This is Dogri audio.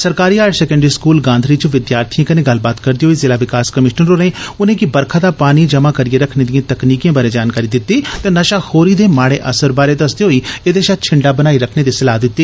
सरकारी हायर सकैंडरी स्कूल गांधरी च विद्यार्थिएं कन्नै गल्लबात करदे होई ज़िला विकास कमीश्नर होरें उनेंगी बरखा दा पानी जमा करिए रक्खने दिए तकनीकें बारे जानकारी दित्ती ते नशाखोरी दे माड़े असर बारै दस्सदे होई एह्दे शा छिंडा बनाई रक्खने दी सलाह दित्ती